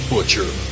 Butcher